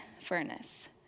furnace